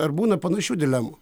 ar būna panašių dilemų